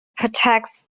protects